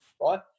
right